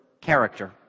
character